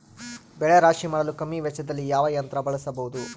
ಬೆಳೆ ರಾಶಿ ಮಾಡಲು ಕಮ್ಮಿ ವೆಚ್ಚದಲ್ಲಿ ಯಾವ ಯಂತ್ರ ಬಳಸಬಹುದು?